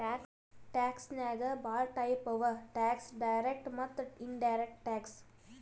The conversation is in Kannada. ಟ್ಯಾಕ್ಸ್ ನಾಗ್ ಭಾಳ ಟೈಪ್ ಅವಾ ಟ್ಯಾಕ್ಸ್ ಡೈರೆಕ್ಟ್ ಮತ್ತ ಇನಡೈರೆಕ್ಟ್ ಟ್ಯಾಕ್ಸ್